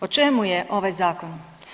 O čemu je ovaj zakon?